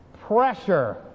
pressure